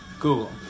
Google